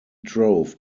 drove